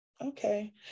okay